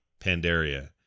Pandaria